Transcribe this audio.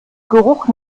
geruch